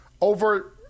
over